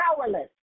powerless